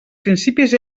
principis